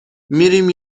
میریم